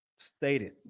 stated